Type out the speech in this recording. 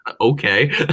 okay